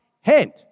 hand